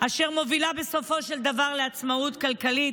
אשר מובילות בסופו של דבר לעצמאות כלכלית,